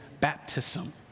baptism